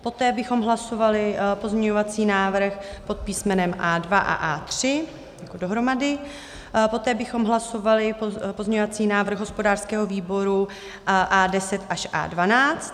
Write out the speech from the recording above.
Poté bychom hlasovali pozměňovací návrh pod písmenem A2 a A3 dohromady, poté bychom hlasovali pozměňovací návrh hospodářského výboru A10 až A12.